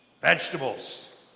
vegetables